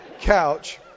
couch